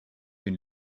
been